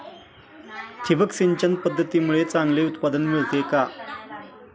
ठिबक सिंचन पद्धतीमुळे चांगले उत्पादन मिळते का?